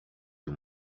too